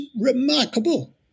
remarkable